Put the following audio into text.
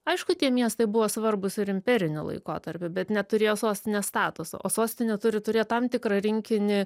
aišku tie miestai buvo svarbūs ir imperiniu laikotarpiu bet neturėjo sostinės statuso o sostinė turi turėt tam tikrą rinkinį